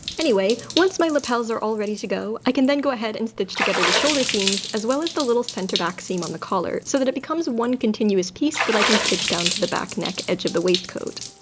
anyway, once my lapels are all ready to go, i can then go ahead and stitch together the shoulder seams as well as the little center back seam on the collar so that it becomes one continuous piece that i can stitch down to the back neck edge of the waistcoat.